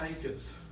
takers